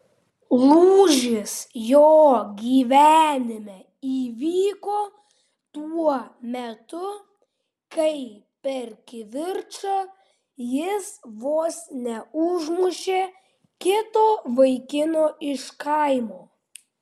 lūžis jo gyvenime įvyko tuo metu kai per kivirčą jis vos neužmušė kito vaikino iš kaimo